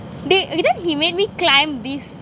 they and then he made me climb this